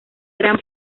gran